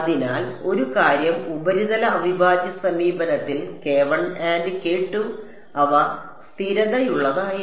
അതിനാൽ ഒരു കാര്യം ഉപരിതല അവിഭാജ്യ സമീപനത്തിൽ അവ സ്ഥിരതയുള്ളതായിരുന്നു